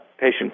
patient